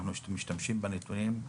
אנחנו משתמשים בנתונים ששלחת.